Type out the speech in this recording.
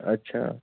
अच्छा